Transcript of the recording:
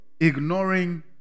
ignoring